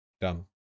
dumb